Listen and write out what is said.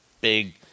big